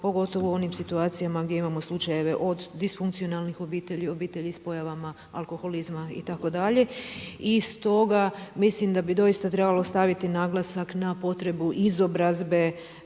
pogotovo u onim situacijama gdje imamo slučajeve od disfunkcionalnih obitelji, obitelji s pojavama alkoholizma itd. I stoga mislim da bi doista trebalo staviti naglasak na potrebu izobrazbe